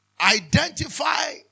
Identify